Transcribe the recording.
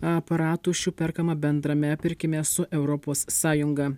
aparatų šių perkama bendrame pirkime su europos sąjunga